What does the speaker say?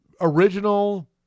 original